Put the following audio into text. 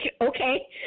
Okay